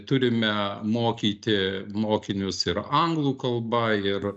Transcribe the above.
turime mokyti mokinius ir anglų kalba ir